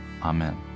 Amen